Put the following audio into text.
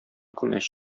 күмәч